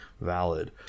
valid